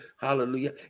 Hallelujah